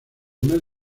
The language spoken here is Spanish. más